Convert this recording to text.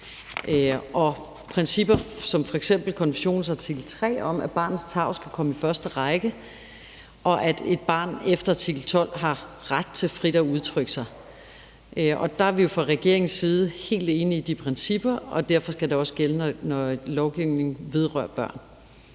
Og principper som f.eks. børnekonventionens artikel 3 om, at barnets tarv skal komme i første række, og at et barn efter artikel 12 har ret til frit at udtrykke sig, er vi jo fra regeringens side helt enige i, og derfor skal det også gælde, når lovgivning vedrører børn.